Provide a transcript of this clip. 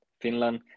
Finland